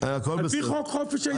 על פי חוק חופש העיסוק.